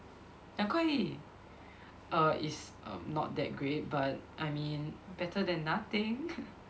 两块而已 err is um not that great but I mean better than nothing